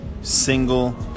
single